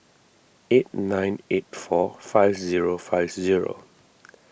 eight nine eight four five zero five zero